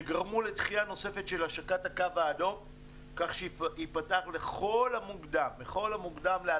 שגרמו לדחייה נוספת של השקת הקו האדום כך שייפתח לכל המוקדם ב-2023.